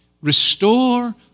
restore